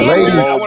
Ladies